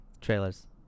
trailers